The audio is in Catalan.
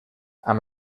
amb